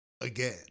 again